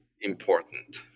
important